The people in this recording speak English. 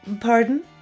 Pardon